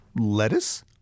Lettuce